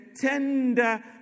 tender